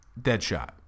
Deadshot